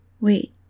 Wait